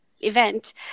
event